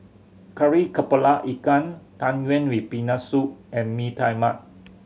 Kari Kepala Ikan Tang Yuen with Peanut Soup and Mee Tai Mak